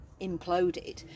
imploded